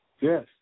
Yes